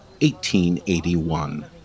1881